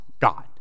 God